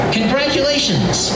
Congratulations